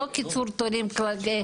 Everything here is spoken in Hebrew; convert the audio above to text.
לא קיצור תורים כללי.